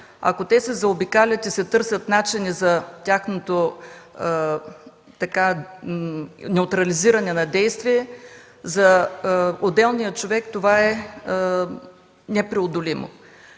ако те се заобикалят и се търсят начини за неутрализиране на тяхното действие, за отделния човек това е непреодолимо.